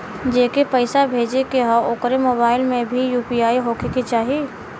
जेके पैसा भेजे के ह ओकरे मोबाइल मे भी यू.पी.आई होखे के चाही?